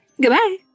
Goodbye